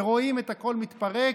ורואים את הכול מתפרק,